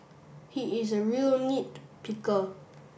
he is a real nit picker